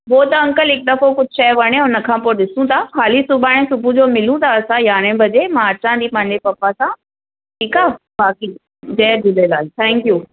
हो त अंकल हिकु दफ़ो कुझु शइ वणे हुनखां पोइ ॾिसूं ता हाली सुभाणे सुबुह जो मिलूं था असां यारहें बजे मां अचां थी पंहिंजे पप्पा सां ठीकु आहे हा हा ठीकु जय झूलेलाल थैंक यू